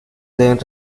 deben